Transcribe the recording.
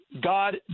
God